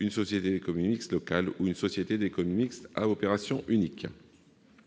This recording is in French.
une société d'économie mixte locale ou une société d'économie mixte à opération unique.